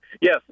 Yes